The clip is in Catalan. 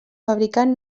fabricant